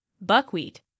buckwheat